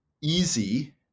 easy